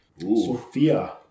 Sophia